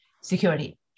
security